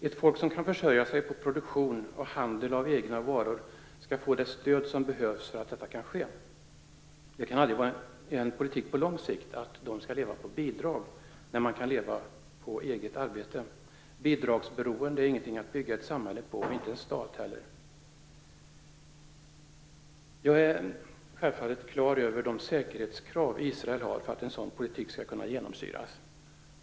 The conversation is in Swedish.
Ett folk som kan försörja sig på produktion av och handel med egna varor bör få det stöd som behövs för att detta skall kunna ske. Det kan aldrig vara en politik på lång sikt att det skall leva på bidrag när det kan leva på arbete. Bidragsberoende är inte något att bygga ett samhälle och inte heller en stat på. Jag är självfallet klar över de säkerhetskrav som Israel ställer för att en sådan politik skall kunna genomföras.